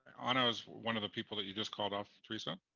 ana was one of the people that you just called off, theresa.